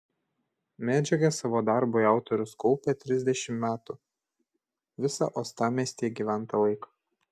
medžiagą savo darbui autorius kaupė trisdešimt metų visą uostamiestyje gyventą laiką